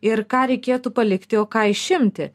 ir ką reikėtų palikti o ką išimti